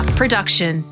production